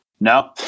No